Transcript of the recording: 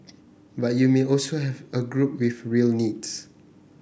but you may also have a group with real needs